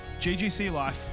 ggclife